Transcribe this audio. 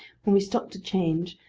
when we stop to change,